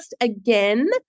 again